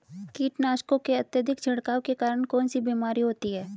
कीटनाशकों के अत्यधिक छिड़काव के कारण कौन सी बीमारी होती है?